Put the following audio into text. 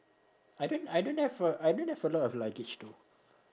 I don't I don't have a I don't have a lot of luggage though